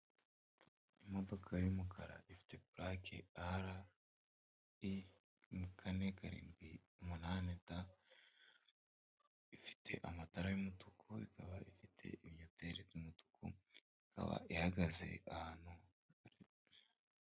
Imodoka y'umukara ifite purake RAI ,kane ,karindwi, umunani da. ifite amatara y'umutuku ikaba ifite ibinyoteri by'umutuku, ikaba ihagaze ahantu ha .